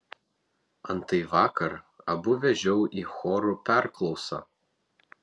antai vakar abu vežiau į chorų perklausą